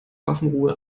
waffenruhe